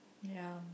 ya